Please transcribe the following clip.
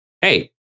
hey